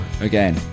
again